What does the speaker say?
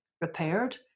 repaired